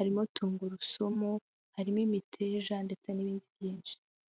arimo tungurusumu, harimo imiteja ndetse n'ibindi byinshi.